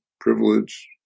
privilege